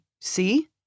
See